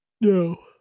No